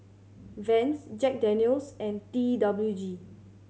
Vans Jack Daniel's and T W G